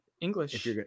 English